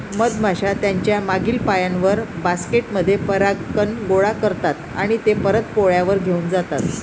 मधमाश्या त्यांच्या मागील पायांवर, बास्केट मध्ये परागकण गोळा करतात आणि ते परत पोळ्यावर घेऊन जातात